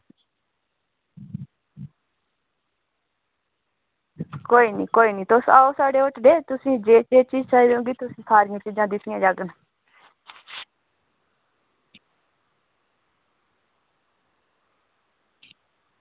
कोई निं कोई निं तुस आओ साढ़े होटलै ई तुसें जे चीज़ चाहिदी होङन तुसें ई सारियां चीज़ां दित्तियां जाङन